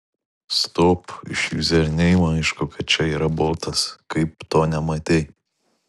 stop iš juzerneimo aišku kad čia yra botas kaip to nematei